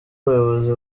ubuyobozi